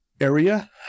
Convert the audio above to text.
area